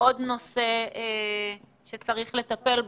נושא שצריך לטפל בו.